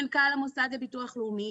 מנכ"ל המוסד לביטוח לאומי,